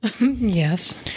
yes